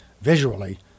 visually